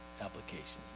applications